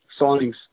signings